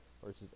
Versus